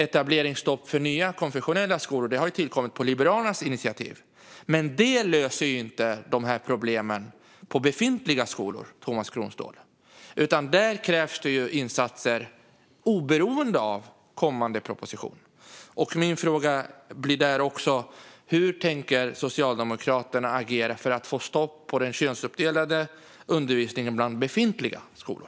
Etableringsstopp för nya konfessionella skolor har tillkommit på Liberalernas initiativ. Det löser dock inte problemen på befintliga skolor, Tomas Kronståhl, utan där krävs det insatser oberoende av kommande proposition. Min fråga är därför: Hur tänker Socialdemokraterna agera för att få stopp på den könsuppdelade undervisningen i befintliga skolor?